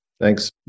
thanks